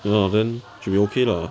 ah then should be okay lah